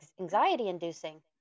anxiety-inducing